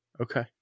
Okay